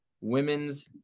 Women's